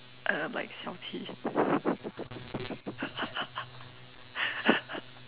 uh like Xiao-Qi